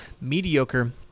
mediocre